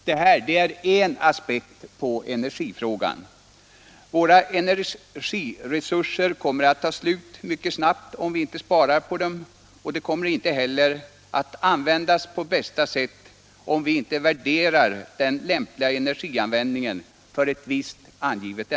Detta är en aspekt på energifrågan. Våra energiresurser kommer att ta slut mycket snabbt om vi inte sparar på dem, och de kommer inte heller att användas på bästa sätt om vi inte värderar den lämpliga energianvändningen för ett visst ändamål.